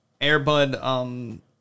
Airbud